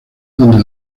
donde